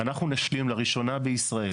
אנחנו נשלים לראשונה בישראל,